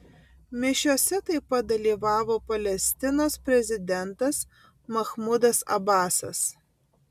mišiose taip pat dalyvavo palestinos prezidentas mahmudas abasas